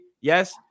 yes